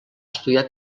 estudiar